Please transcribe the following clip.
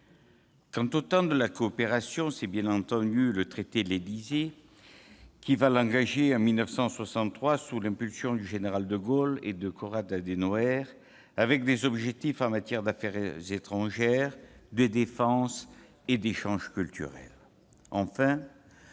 Quant au temps de la coopération, c'est bien entendu le traité de l'Élysée qui l'engage, en 1963, sous l'impulsion du général de Gaulle et de Konrad Adenauer, avec des objectifs en matière d'affaires étrangères, de défense et d'échanges culturels.